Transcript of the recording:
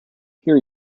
here